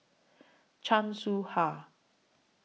Chan Soh Ha